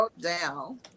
down